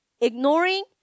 Ignoring